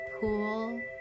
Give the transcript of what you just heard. pool